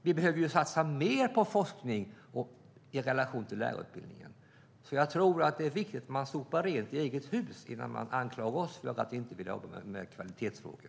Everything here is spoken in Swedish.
Vi behöver satsa mer på forskning i relation till lärarutbildningen. Jag tror att det är viktigt att sopa rent framför egen dörr innan man anklagar oss för att inte vilja hålla på med kvalitetsfrågor.